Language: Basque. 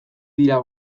dira